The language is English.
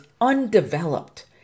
undeveloped